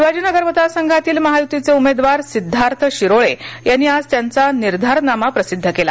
शिवाजीनगर मतदारसंघातील महायुतीचे उमेदवार सिद्धार्थ शिरोळे यांनी आज त्यांचा निर्धारनामा प्रसिद्ध केला